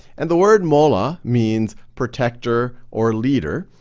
and the word mawla means protector or leader,